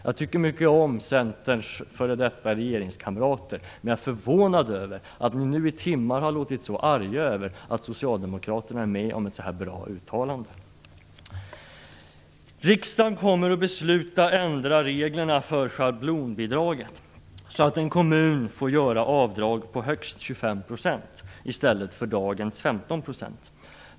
Jag tycker mycket om Centerns f.d. regeringskamrater, men jag är förvånad över att de nu i timmar har låtit så arga över att Socialdemokraterna är med om ett så bra uttalande. Riksdagen kommer att besluta att ändra reglerna för schablonbidraget, så att en kommun får göra avdrag på högst 25 % i stället för dagens 15 %.